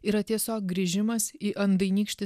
yra tiesiog grįžimas į andainykštį